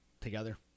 together